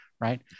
Right